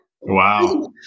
Wow